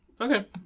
Okay